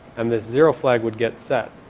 and the zero flag would get set.